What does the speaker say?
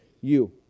you